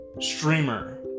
streamer